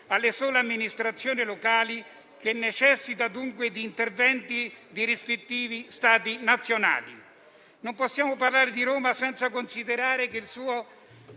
alle sole amministrazioni locali, che necessita dunque di interventi dei rispettivi Stati nazionali. Non possiamo parlare di Roma senza considerare che il suo